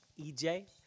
EJ